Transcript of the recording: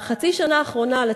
בחצי השנה האחרונה היינו עדים,